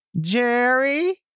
Jerry